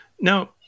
Now